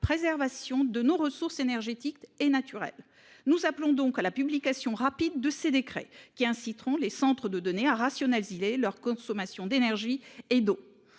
préservation de nos ressources énergétiques et naturelles. Nous appelons donc à la publication rapide de ces décrets qui inciteront les centres de données à rationnel il et leur consommation d'énergie et d'eau.